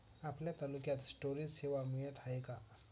आपल्या तालुक्यात स्टोरेज सेवा मिळत हाये का?